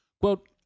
Quote